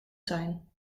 zijn